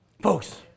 Folks